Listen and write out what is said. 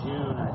June